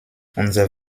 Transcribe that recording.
unser